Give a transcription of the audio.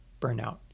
burnout